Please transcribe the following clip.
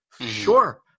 sure